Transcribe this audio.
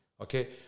Okay